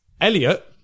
Elliot